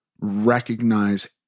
recognize